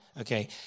okay